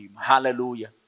Hallelujah